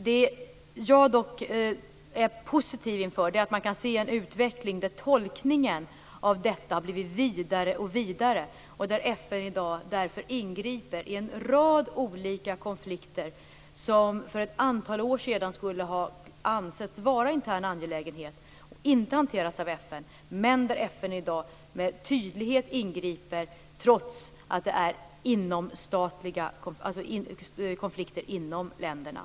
Det jag dock är positiv till är att man kan se en utveckling där tolkningen av detta har blivit vidare och vidare och där FN i dag därför ingriper i en rad olika konflikter som för ett antal år sedan skulle ha ansetts vara interna angelägenheter. De hade då inte hanterats av FN, men i dag ingriper FN med tydlighet trots att det är konflikter inom länderna.